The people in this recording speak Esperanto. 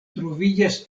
troviĝas